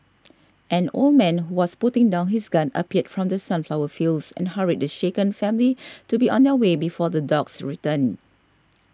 an old man who was putting down his gun appeared from the sunflower fields and hurried the shaken family to be on their way before the dogs return